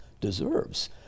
deserves